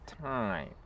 time